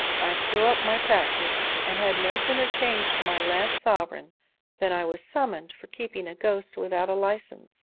i threw up my practice, and had no sooner changed my last sovereign than i was summoned for keeping a ghost without a licence!